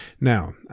Now